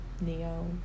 neo